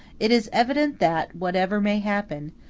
it is evident that, whatever may happen,